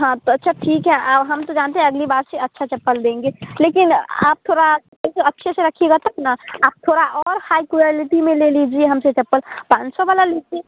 हाँ तो अच्छा ठीक है हम तो जानते हैं अगली बार से अच्छा चप्पल देंगे लेकिन आप थोड़ा अच्छे से अच्छे से रखिएगाा तब न आप थोड़ा और हाइ क्वालिटी में ले लीजिए हमसे चप्पल पाँच सौ वाला लीजिए